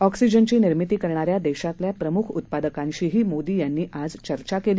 ऑक्सिजनची निर्मिती करणाऱ्या देशातल्या प्रमुख उत्पादकांशीही मोदी आज चर्चा केली